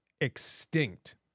Extinct